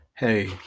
Hey